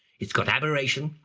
it's got aberration,